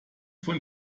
von